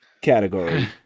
category